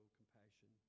compassion